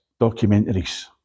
documentaries